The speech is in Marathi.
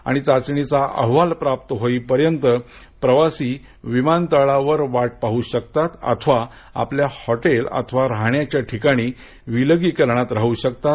या चाचणीचा अहवाल प्राप्त होईतोवर प्रवाशी विमानतळावर वाट पाहू शकतात अथवा आपल्या हॉटेल अथवा राहण्याच्या ठिकाणी विलगीकरणांत राहू शकतात